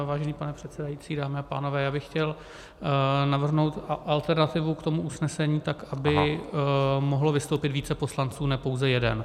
Vážený pane předsedající, dámy a pánové, já bych chtěl navrhnout alternativu k tomu usnesení tak, aby mohlo vystoupit více poslanců, ne pouze jeden.